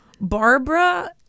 Barbara